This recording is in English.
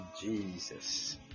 Jesus